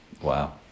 Wow